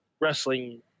wrestling